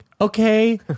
okay